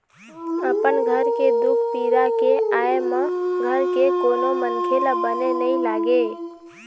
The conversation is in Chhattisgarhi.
अपन घर के दुख पीरा के आय म घर के कोनो मनखे ल बने नइ लागे